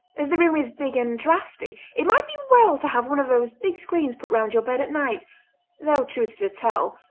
as the room is big and draughty it might be well to have one of those big screens put round your bed at night though, truth to tell,